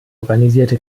organisierte